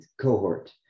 cohort